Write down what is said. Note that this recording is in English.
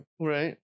Right